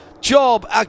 job